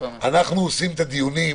אנחנו עושים את הדיונים